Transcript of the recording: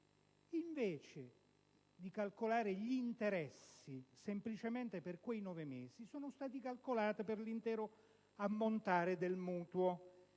Invece di calcolare gli interessi semplicemente per quei nove mesi, sono stati calcolati per l'intero ammontare del mutuo,